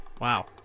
Wow